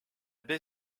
baie